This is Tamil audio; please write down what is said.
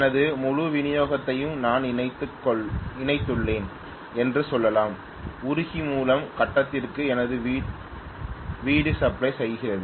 எனது முழு விநியோகத்தையும் நான் இணைத்துள்ளேன் என்று சொல்லலாம் உருகி மூலம் கட்டத்திற்கு எனது வீடு சப்ளை செய்கிறது